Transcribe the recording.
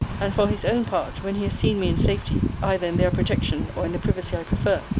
and, for his own part, when he has seen me in safety, either in their protection, or in the privacy i prefer,